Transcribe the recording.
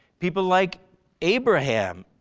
people like abraham,